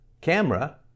camera